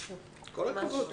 כל הכבוד.